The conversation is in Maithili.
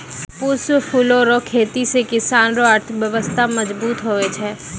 पुष्प फूलो रो खेती से किसान रो अर्थव्यबस्था मजगुत हुवै छै